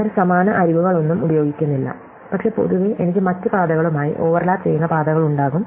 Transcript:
അവർ സമാന അരികുകളൊന്നും ഉപയോഗിക്കുന്നില്ല പക്ഷേ പൊതുവേ എനിക്ക് മറ്റ് പാതകളുമായി ഓവർലാപ്പ് ചെയ്യുന്ന പാതകളുണ്ടാകും